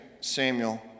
Samuel